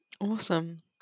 Awesome